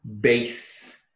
base